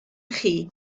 chi